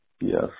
yes